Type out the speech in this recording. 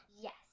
Yes